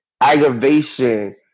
aggravation